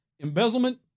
embezzlement